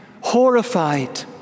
horrified